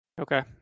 Okay